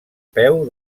peu